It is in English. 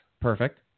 Perfect